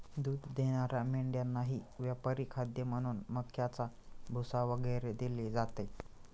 दूध देणाऱ्या मेंढ्यांनाही व्यापारी खाद्य म्हणून मक्याचा भुसा वगैरे दिले जाते